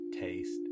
taste